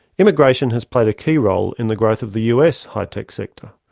immigration has played a key role in the growth of the us high tech sector.